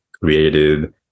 created